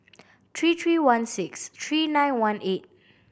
three three one six three nine one eight